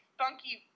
funky